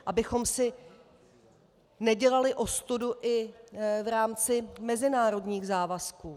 Abychom si nedělali ostudu i v rámci mezinárodních závazků.